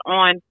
on